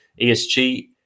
ESG